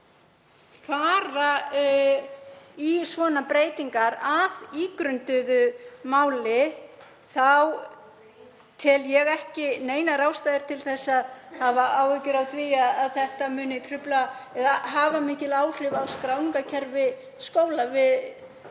fara í svona breytingar að ígrunduðu máli þá tel ég ekki neinar ástæður til að hafa áhyggjur af því að þetta muni trufla eða hafa mikil áhrif á skráningarkerfi skóla.